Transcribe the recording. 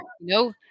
No